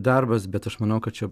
darbas bet aš manau kad čia